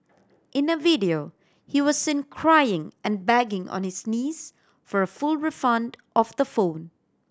in a video he was seen crying and begging on his knees for a full refund of the phone